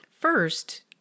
first